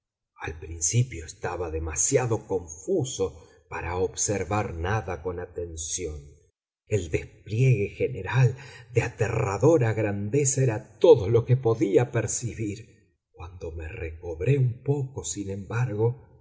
al principio estaba demasiado confuso para observar nada con atención el despliegue general de aterradora grandeza era todo lo que podía percibir cuando me recobré un poco sin embargo